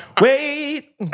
wait